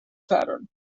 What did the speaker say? pattern